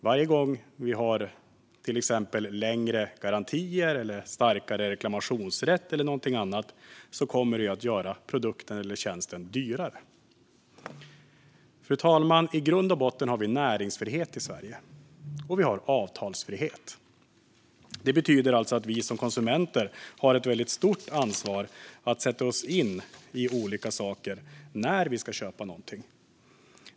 Varje gång vi får till exempel längre garantier, starkare reklamationsrätt eller någonting annat kommer det att göra produkten eller tjänsten dyrare. Fru talman! I grund och botten har vi näringsfrihet i Sverige, och vi har avtalsfrihet. Det betyder alltså att vi som konsumenter har ett stort ansvar för att sätta oss in i olika saker när vi ska köpa någonting.